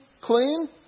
clean